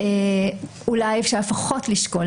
אולי אפשר לפחות לשקול,